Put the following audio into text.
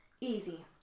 easy